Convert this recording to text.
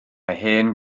hen